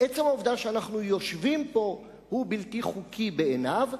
עצם העובדה שאנחנו יושבים פה הוא בלתי חוקי בעיניו,